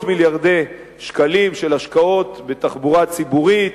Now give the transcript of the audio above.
מיליארדי שקלים של השקעות בתחבורה ציבורית,